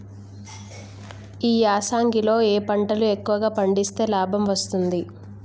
ఈ యాసంగి లో ఏ పంటలు ఎక్కువగా పండిస్తే లాభం వస్తుంది?